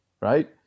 right